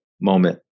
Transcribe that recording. moment